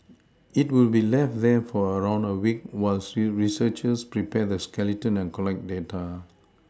it will be left there for around a week while researchers prepare the skeleton and collect data